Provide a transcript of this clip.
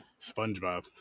SpongeBob